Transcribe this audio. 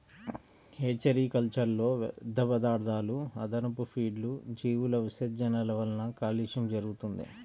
hatchery కల్చర్లో వ్యర్థపదార్థాలు, అదనపు ఫీడ్లు, జీవుల విసర్జనల వలన కాలుష్యం జరుగుతుంది